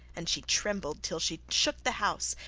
and she trembled till she shook the house,